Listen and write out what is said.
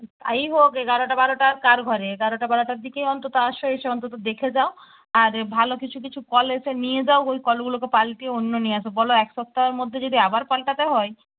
তাই হোক এগারোটা বারোটা কার ঘরে এগারোটা বারোটার দিকেই অন্তত আসো এসে অন্তত দেখে যাও আর ভালো কিছু কিছু কল এসে নিয়ে যাও ওই কলগুলোকে পাল্টিয়ে অন্য নিয়ে আসো বলো এক সপ্তাহের মধ্যে যদি আবার পাল্টাতে হয়